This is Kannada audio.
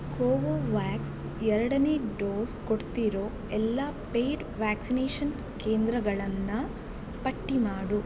ಕೋವೊವ್ಯಾಕ್ಸ್ ಎರಡನೇ ಡೋಸ್ ಕೊಡ್ತಿರೋ ಎಲ್ಲ ಪೇಯ್ಡ್ ವ್ಯಾಕ್ಸಿನೇಷನ್ ಕೇಂದ್ರಗಳನ್ನು ಪಟ್ಟಿ ಮಾಡು